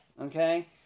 Okay